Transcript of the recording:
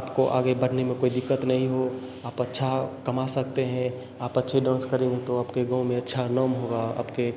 आपको आगे बढ़ने में कोई दिक्कत नहीं हो आप अच्छा कमा सकते हैं आप अच्छे डांस करेंगे तो आपके गाँव में अच्छा नाम होगा आपके